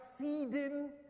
feeding